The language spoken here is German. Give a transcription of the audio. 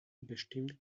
bestimmt